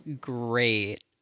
great